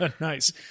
Nice